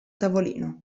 tavolino